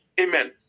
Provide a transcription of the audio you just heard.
Amen